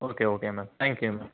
okay okay ma'am thank you ma'am